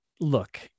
look